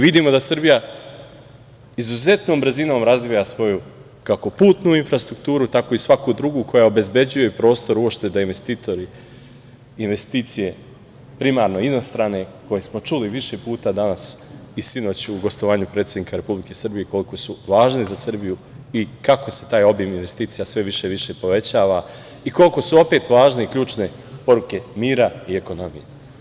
Vidimo da Srbija izuzetnom brzinom razvija svoju kako putnu infrastrukturu, tako i svaku drugu koja obezbeđuje prostor uopšte da investitori, investicije, primarno inostrane, koje smo čuli više puta danas i sinoć u gostovanju predsednika Republike Srbije koliko su važne za Srbiju i kako se taj obim investicija sve više i više povećava i koliko su opet važne ključne poruke mira i ekonomije.